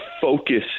focus